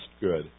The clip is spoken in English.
good